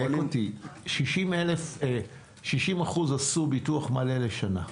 60% עשו ביטוח מלא לשנה.